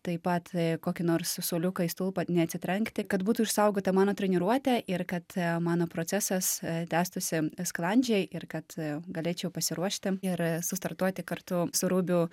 taip pat kokį nors suoliukai į stulpą neatsitrenkti kad būtų išsaugota mano treniruotė ir kad mano procesas tęstųsi sklandžiai ir kad galėčiau pasiruošti ir sustartuoti kartu su rubiu